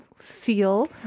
Seal